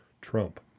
Trump